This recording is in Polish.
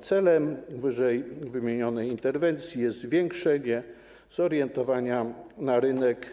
Celem ww. interwencji jest zwiększenie zorientowania na rynek